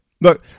look